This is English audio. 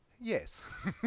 yes